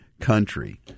Country